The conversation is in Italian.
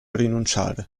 rinunciare